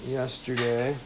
yesterday